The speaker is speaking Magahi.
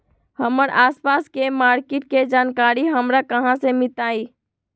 हमर आसपास के मार्किट के जानकारी हमरा कहाँ से मिताई?